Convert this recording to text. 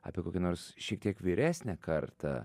apie kokią nors šiek tiek vyresnę kartą